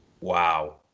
Wow